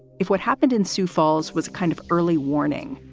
if what happened in sioux falls was kind of early warning.